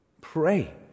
pray